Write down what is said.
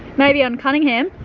maybe on cunningham.